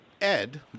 Ed